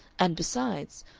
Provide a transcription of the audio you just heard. and, besides,